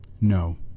No